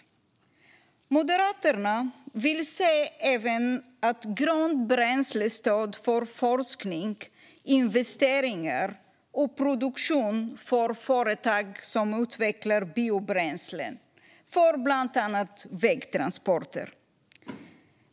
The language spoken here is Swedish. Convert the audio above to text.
Moderaterna vill även se ett grönt bränslestöd för forskning, investeringar och produktion för företag som utvecklar biobränslen för bland annat vägtransporter.